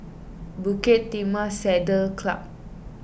Bukit Timah Saddle Club